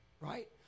right